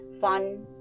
fun